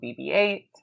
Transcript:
BB-8